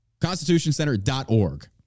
Constitutioncenter.org